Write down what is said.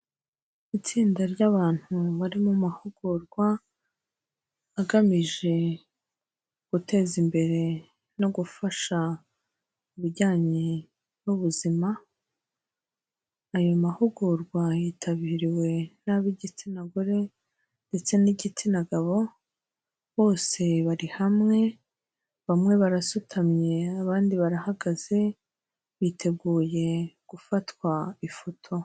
Itsinda ry'abantu bari mu mahugurwa, agamije guteza imbere no gufasha ibijyanye n'ubuzima, ayo mahugurwa yitabiriwe n'ab'igitsina gore, ndetse n'igitsina gabo, bose bari hamwe, bamwe barasutamye, abandi barahagaze, biteguye gufatwa ifoto.